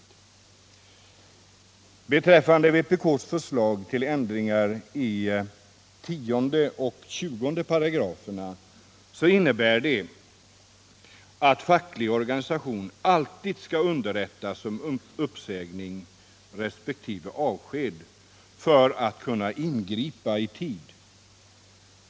23 november 1977 Beträffande vpk:s förslag till ändringar i 10 och 20 5§ så innebär det I att facklig organisation alltid skall underrättas om uppsägning resp. av — Anställningsskydd, sked för att kunna ingripa i tid.